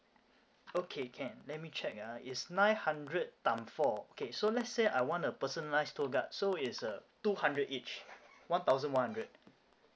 okay can let me check ah is nine hundred time four okay so let's say I want a personalized tour guide so is uh two hundred each one thousand one hundred